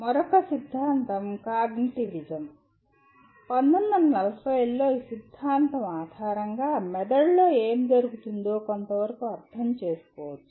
మరొక సిద్ధాంతం "కాగ్నిటివిజం" ఇక్కడ 1940 లలో మెదడులో ఏమి జరుగుతుందో కొంతవరకు అర్థం చేసుకోవచ్చు